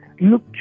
look